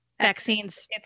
vaccines